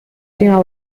prima